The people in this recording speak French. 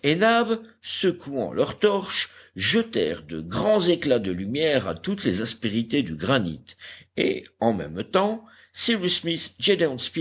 secouant leurs torches jetèrent de grands éclats de lumière à toutes les aspérités du granit et en même temps cyrus smith